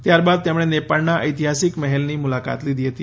ત્યારબાદ તેમણે નેપાળના ચૈતિહાસિક મહેલની મુલાકાત લીધી હતી